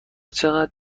چقدر